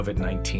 COVID-19